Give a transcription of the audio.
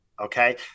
okay